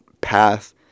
path